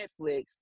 Netflix